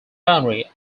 boundary